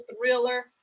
thriller